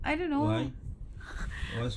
I don't know